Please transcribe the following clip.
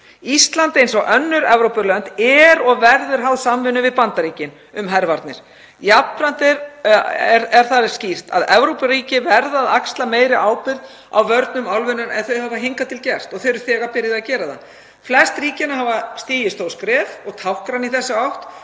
Ísland, eins og önnur Evrópulönd, er og verður háð samvinnu við Bandaríkin um hervarnir. Jafnframt er þar skýrt að Evrópuríki verða að axla meiri ábyrgð á vörnum álfunnar en þau hafa hingað til gert og þau eru þegar byrjuð að gera það. Flest ríkjanna hafa stigið stór skref og táknræn í þessa átt